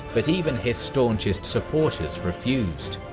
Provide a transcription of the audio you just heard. but even his staunchest supporters refused.